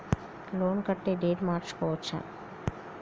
Loan కట్టే date మార్చుకోవచ్చా?